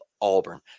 Auburn